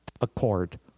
accord